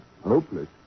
Hopeless